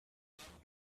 come